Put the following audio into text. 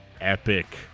epic